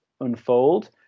unfold